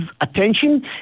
attention